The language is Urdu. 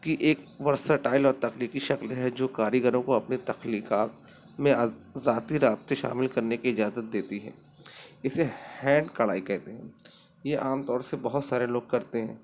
کی ایک ورسٹائل اور تخلیقی شکل ہے جو کاریگروں کو اپنی تخلیقات میں ذاتی رابطے شامل کرنے کی اجازت دیتی ہے اسے ہینڈ کڑھائی کہتے ہیں یہ عام طور سے بہت سارے لوگ کرتے ہیں